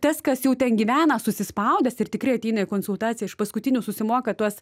tas kas jau ten gyvena susispaudęs ir tikrai ateina į konsultaciją iš paskutinių susimoka tuos